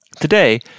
Today